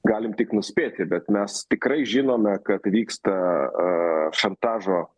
galim tik nuspėti bet mes tikrai žinome kad vyksta šantažo